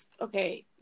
okay